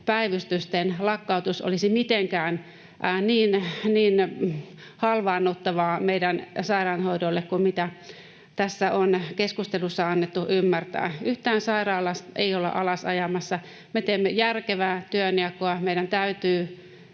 päivystysten lakkautus olisi mitenkään niin halvaannuttavaa meidän sairaanhoidolle kuin mitä tässä keskustelussa on annettu ymmärtää. Yhtään sairaalaa ei olla alasajamassa. Me teemme järkevää työnjakoa. Meidän täytyy